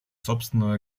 собственного